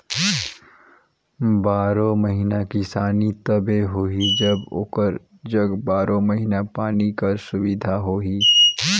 बारो महिना किसानी तबे होही जब ओकर जग बारो महिना पानी कर सुबिधा होही